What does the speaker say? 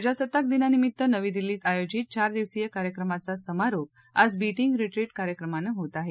प्रजासत्ताक दिनानिमित्त नवी दिल्ली के आयोजित चार दिवसीय कार्यक्रमाचा समारोप आज बीटिंग रीट्रिट कार्यक्रमानं होत आहे